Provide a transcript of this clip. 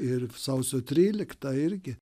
ir sausio tryliktą irgi